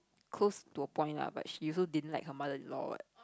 close to a point lah but she also didn't like her mother-in-law what